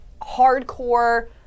hardcore